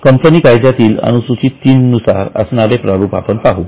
company कायद्यातील अनुसूची 3 नुसार असणारे प्रारूप आपण पाहू